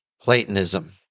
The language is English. Platonism